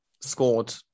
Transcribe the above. scored